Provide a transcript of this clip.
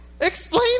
explain